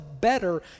better